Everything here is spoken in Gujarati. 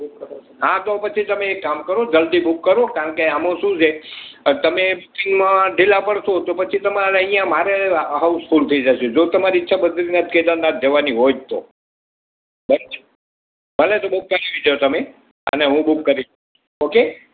હા તો પછી તમે એક કામ કરો જલ્દી બૂક કરો કારણકે આમાં શું છે તમે બુકિંગમાં ઢીલા પડશો તો પછી તમારે અહીંયા મારે હાઉસફુલ થઈ જશે જો તમારી ઈચ્છા બદરીનાથ કેદારનાથ જવાની હોય તો બટ ભલે તો બૂક કરવી લો તમે હું બૂક કરી દઉ છું ઓકે